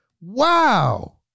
Wow